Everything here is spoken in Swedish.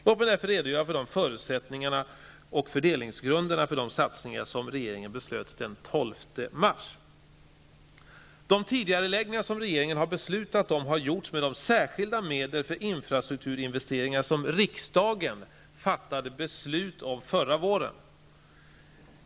Låt mig därför redogöra för förutsättningarna och fördelningsgrunderna för de satsningar som regeringen beslöt den 12 mars. De tidigareläggningar som regeringen har beslutat om har gjorts med de särskilda medel för infrastrukturinvesteringar som riksdagen fattade beslut om förra våren.